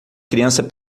criança